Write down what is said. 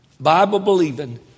Bible-believing